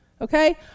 Okay